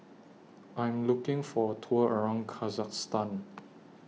I Am looking For A Tour around Kyrgyzstan